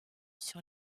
sur